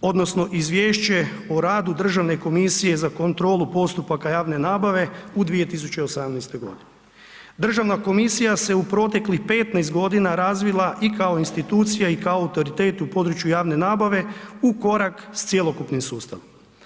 odnosno Izvješće o radu Državne komisije za kontrolu postupaka javne nabave u 2018. g. Državna komisija se u proteklih 15 g. razvila i kao institucija i kao autoritet u području javne nabave u korak s cjelokupnim sustavom.